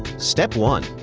step one.